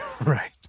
Right